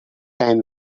time